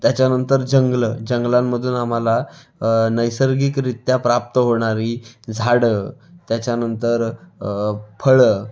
त्यांच्यानंतर जंगलं जंगलांमधून आम्हाला नैसर्गिकरीत्या प्राप्त होणारी झाडं त्याच्यानंतर फळं